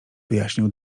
wyjaśnił